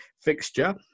fixture